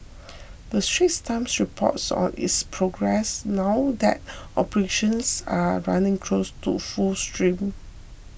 the Straits Times reports on its progress now that operations are running close to full steam